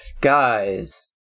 Guys